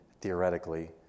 theoretically